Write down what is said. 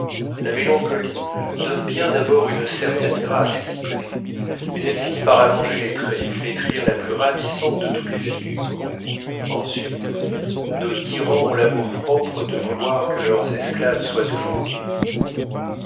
la mélancolie donne bien d'abord une certaine grâce qui plaît mais elle finit par allonger les traits et flétrir la plus ravissante de toutes les figures ensuite nos tyrans ont l'amour-propre de vouloir que leurs esclaves soient toujours gaies